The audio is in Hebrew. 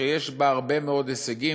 שיש בה הרבה מאוד הישגים,